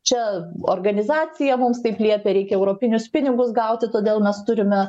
čia organizacija mums taip liepia reikia europinius pinigus gauti todėl mes turime